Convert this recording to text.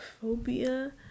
phobia